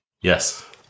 Yes